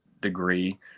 degree